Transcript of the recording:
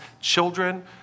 children